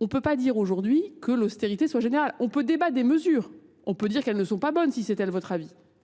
on ne peut pas dire aujourd'hui que l'austérité soit générale. On peut débattre des mesures. On peut dire qu'elles ne sont pas bonnes, si c'est-elle votre avis.